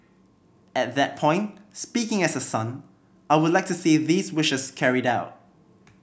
at that point speaking as a son I would like to see these wishes carried out